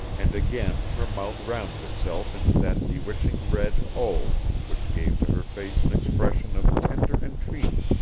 and again her mouth rounded itself into that bewitching red o, which gave to her face an expression of tender entreaty,